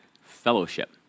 Fellowship